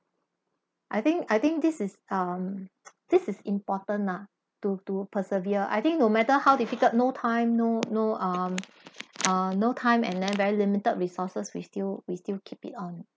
I think I think this is um this is important lah to to persevere I think no matter how difficult no time no no um um no time and then very limited resources we still we still keep it on